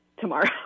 tomorrow